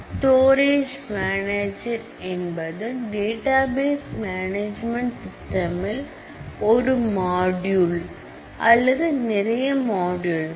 storage manager என்பது database management சிஸ்டமில் ஒரு மாட்யூல் அல்லது நிறைய மாட்யூல்கள்